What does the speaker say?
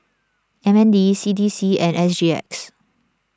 M N D C D C and S G X